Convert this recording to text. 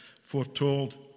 foretold